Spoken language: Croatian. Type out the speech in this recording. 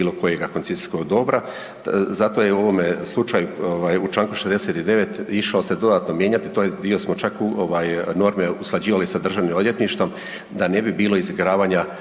bilo kojeg koncesijskog dobra. Zato je u ovom slučaju u čl. 69. išao se dodatno mijenjati, čak smo dio norme usklađivali sa Državnim odvjetništvom da ne bi bilo izigravanja